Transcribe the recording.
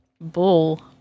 Bull